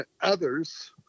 others